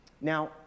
now